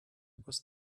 was